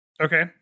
Okay